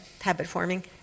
habit-forming